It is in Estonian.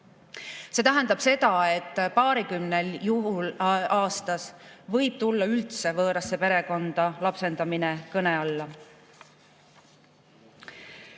See tähendab seda, et paarikümnel juhul aastas võib tulla üldse võõrasse perekonda lapsendamine kõne alla.